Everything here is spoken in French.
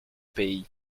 pays